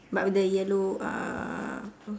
but with the yellow uh